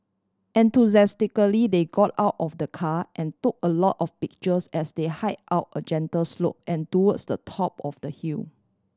enthusiastically they got out of the car and took a lot of pictures as they hike out a gentle slope and towards the top of the hill